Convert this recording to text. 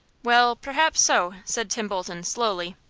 well, perhaps so, said tim bolton, slowly.